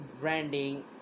branding